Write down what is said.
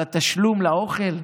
על התשלום לאוכל?